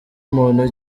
muntu